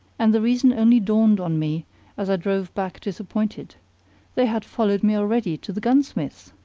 and the reason only dawned on me as i drove back disappointed they had followed me already to the gunsmith's!